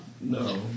No